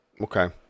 Okay